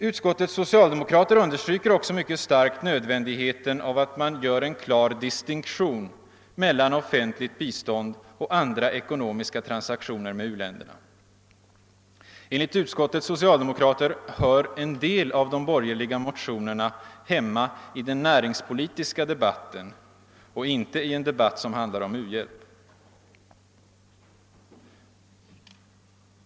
Utskottets socialdemokrater understryker också mycket starkt nödvändigheten av att göra en klar distinktion mellan offentligt bi stånd och andra ekonomiska transaktioner med u-länderna. Enligt de socialdemokratiska ledamöterna i utskottet hör en del av de borgerliga motionerna hemma i den näringspolitiska debatten, inte i en debatt som handlar om uhjälp.